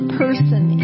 person